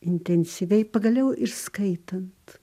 intensyviai pagaliau ir skaitant